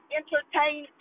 entertain